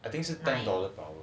I think 是 ten dollar per hour